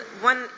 one